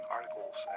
articles